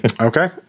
Okay